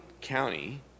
county